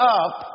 up